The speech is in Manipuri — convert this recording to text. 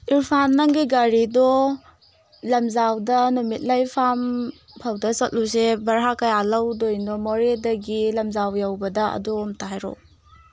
ꯏ꯭ꯔꯐꯥꯟ ꯅꯪꯒꯤ ꯒꯥꯔꯤꯗꯣ ꯂꯝꯖꯥꯎꯗ ꯅꯨꯃꯤꯠꯂꯩ ꯐꯥꯝ ꯐꯥꯎꯇ ꯆꯠꯂꯨꯁꯦ ꯚꯔꯥ ꯀꯌꯥ ꯂꯧꯗꯣꯏꯅꯣ ꯃꯣꯔꯦꯗꯒꯤ ꯂꯝꯖꯥꯎ ꯌꯧꯕꯗ ꯑꯗꯣ ꯑꯝꯇ ꯍꯥꯏꯔꯛꯑꯣ